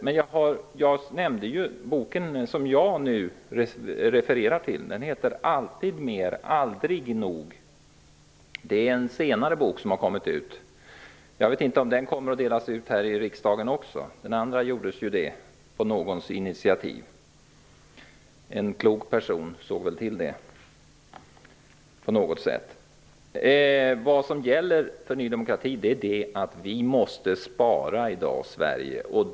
Men den bok som jag refererade till heter Alltid mer, aldrig nog. Den boken har kommit ut senare. Jag vet inte om den boken kommer att delas ut här i riksdagen också. Den andra delades ju ut på någons initiativ; det var väl en klok person såg till att så skedde. Vad som gäller för Ny demokrati är att Sverige i dag måste spara.